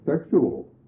sexual